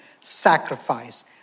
sacrifice